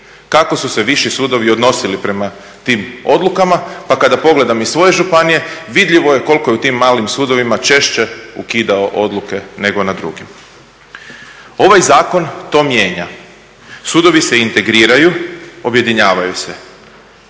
kako su se viši sudovi odnosili prema tim odlukama. Pa kada pogledam iz svoje županije, vidljivo je koliko je u tim malim sudovima češće ukidao odluke nego na drugim. Ovaj zakon to mijenja. Sudovi se integriraju, objedinjavaju se.